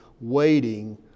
waiting